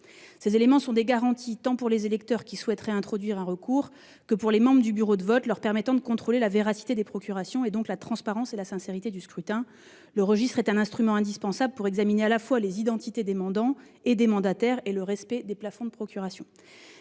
Ces éléments sont des garanties tant pour les électeurs qui souhaiteraient introduire un recours que pour les membres du bureau de vote, car ils leur permettent de contrôler la véracité des procurations et ainsi la transparence et la sincérité du scrutin. Le registre est un instrument indispensable pour examiner à la fois les identités des mandants et des mandataires et le respect du plafond des procurations.